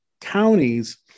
counties